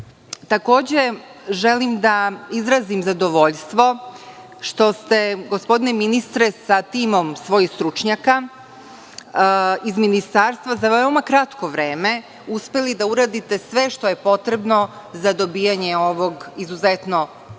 želim da izrazim zadovoljstvo što ste gospodine ministre sa timom svojih stručnjaka iz Ministarstva za veoma kratko vreme uspeli da uradite sve što je potrebno za dobijanje ovog izuzetno povoljnog